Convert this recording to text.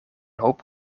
hoop